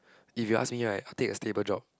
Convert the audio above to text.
if you ask me right I take a stable job